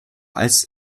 als